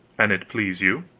an it please you.